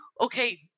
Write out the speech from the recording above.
okay